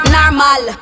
Normal